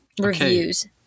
reviews